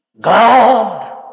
God